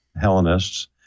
Hellenists